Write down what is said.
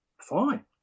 fine